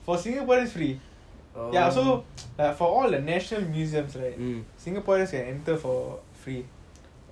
for singaporeans free so for all the national museums right singaporeans can enter for free